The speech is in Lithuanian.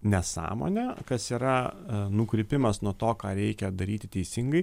nesąmonė kas yra nukrypimas nuo to ką reikia daryti teisingai